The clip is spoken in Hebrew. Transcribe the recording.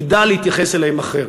תדע להתייחס אליהם אחרת.